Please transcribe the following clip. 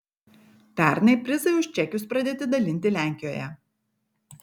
pernai prizai už čekius pradėti dalinti lenkijoje